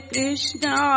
Krishna